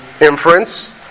inference